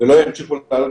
הייתי מנהלת